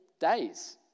days